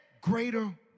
greater